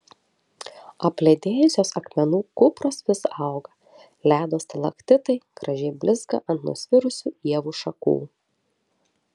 apledėjusios akmenų kupros vis auga ledo stalaktitai gražiai blizga ant nusvirusių ievų šakų